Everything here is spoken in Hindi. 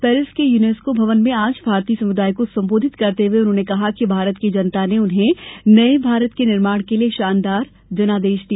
पेरिस के यूनेस्को भवन में आज भारतीय समुदाय को संबोधित करते हुए उन्होंने कहा कि भारत की जनता ने उन्हें नये भारत के निर्माण के लिए शानदार जनादेश दिया